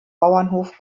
bauernhof